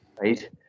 right